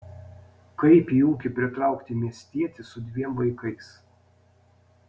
kaip į ūkį pritraukti miestietį su dviem vaikais